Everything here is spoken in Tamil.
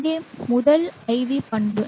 இங்கே முதல் IV பண்பு